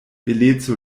beleco